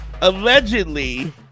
allegedly